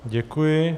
Děkuji.